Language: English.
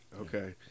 Okay